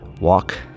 walk